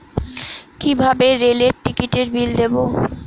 কিভাবে রেলের টিকিটের বিল দেবো?